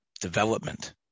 development